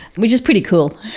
which is pretty cool.